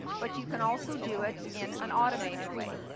but you can also do it in an automated way.